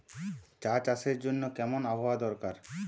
চা চাষের জন্য কেমন আবহাওয়া দরকার?